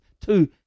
two